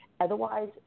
Otherwise